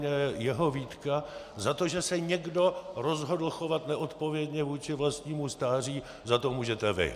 Fascinuje mě jeho výtka: za to, že se někdo rozhodl chovat neodpovědně vůči vlastnímu stáří, za to můžete vy.